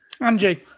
Angie